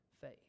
faith